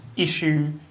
issue